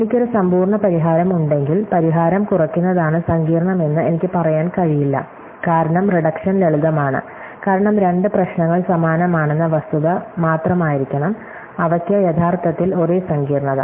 എനിക്ക് ഒരു സമ്പൂർണ്ണ പരിഹാരം ഉണ്ടെങ്കിൽ പരിഹാരം കുറയ്ക്കുന്നതാണ് സങ്കീർണ്ണമെന്ന് എനിക്ക് പറയാൻ കഴിയില്ല കാരണം റിഡക്ഷൻ ലളിതമാണ് കാരണം രണ്ട് പ്രശ്നങ്ങൾ സമാനമാണെന്ന വസ്തുത മാത്രമായിരിക്കണം അവയ്ക്ക് യഥാർത്ഥത്തിൽ ഒരേ സങ്കീർണ്ണത